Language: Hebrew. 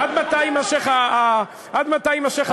עד מתי יימשך הפיליבסטר הזה?